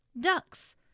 Ducks